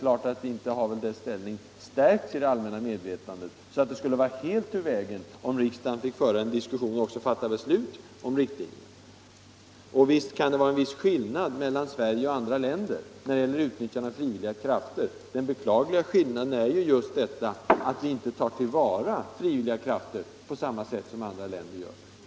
Men inte har väl dess ställning stärkts i det allmänna medvetandet så till den grad att det skulle vara helt ur vägen om riksdagen fick föra en diskussion och också fatta beslut om riktlinjerna. Visst kan det vara en skillnad mellan Sverige och andra länder när det gäller utnyttjande av frivilliga krafter. Den beklagliga skillnaden är ju just att vi inte tar till vara frivilliga krafter på samma sätt som andra länder gör.